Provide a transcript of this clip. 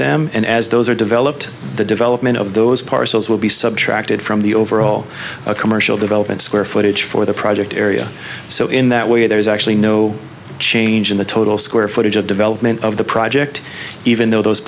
them and as those are developed the development of those parcels will be subtracted from the overall commercial development square footage for the project area so in that way there is actually no change in the total square footage of development of the project even though those